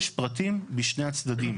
יש פרטים בשני הצדדים.